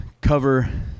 cover